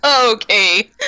Okay